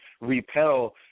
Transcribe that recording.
repel